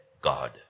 God